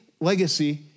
legacy